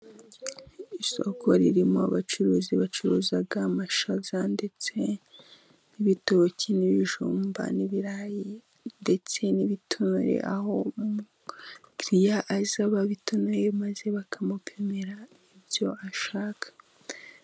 Isoko ririmo abacuruzi bacuruza amashaza, ndetse n'ibitoki n'ibijumba n'ibirayi ndetse n'ibitonore, aho umukiriya aza babitanoye maze bakamupimira ibyo ashaka.